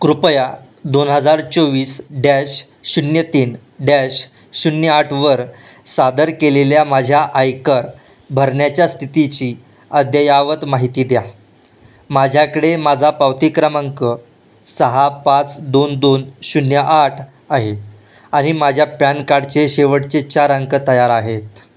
कृपया दोन हजार चोवीस डॅश शून्य तीन डॅश शून्य आठवर सादर केलेल्या माझ्या आयकर भरण्याच्या स्थितीची अद्ययावत माहिती द्या माझ्याकडे माझा पावती क्रमांक सहा पाच दोन दोन शून्य आठ आहे आणि माझ्या पॅन कार्डचे शेवटचे चार अंक तयार आहेत